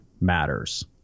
matters